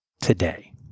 today